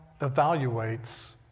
evaluates